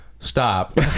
stop